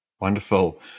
wonderful